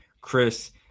Chris